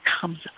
comes